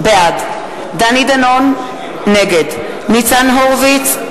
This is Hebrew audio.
בעד דני דנון, נגד ניצן הורוביץ,